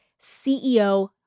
CEO